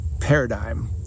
paradigm